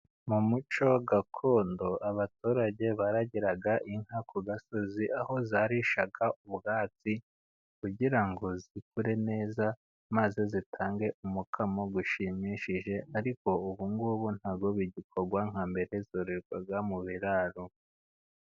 Mu muco gakondo abaturage baragiraga inka ku gasozi, aho zarishaga ubwatsi kugira ngo zikure neza maze zitange umukamo, ushimishije ariko ubu ngubu ntabwi bigikorwa nka mbere zorerwa mu biraro.